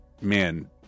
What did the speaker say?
man